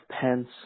Pence